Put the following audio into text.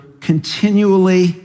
continually